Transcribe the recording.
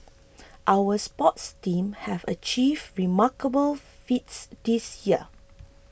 our sports teams have achieved remarkable feats this year